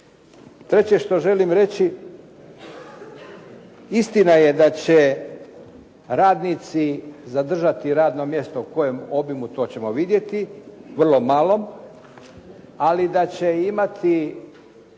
Treće što želim reći istina je da će radnici zadržati radno mjesto u kojem obimu to ćemo vidjeti, vrlo malom ali da će imati